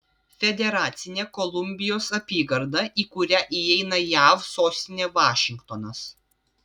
federacinė kolumbijos apygarda į kurią įeina jav sostinė vašingtonas